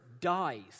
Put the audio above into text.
dies